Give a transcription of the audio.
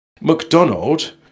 McDonald